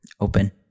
open